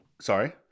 Sorry